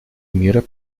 мира